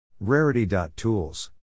Rarity.tools